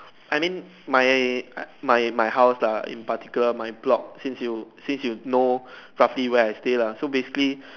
I mean my eh my my house lah in particular my block since you since you know roughly where I stay lah so basically